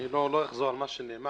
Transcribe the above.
אני לא אחזור על מה שנאמר.